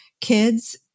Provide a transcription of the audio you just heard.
kids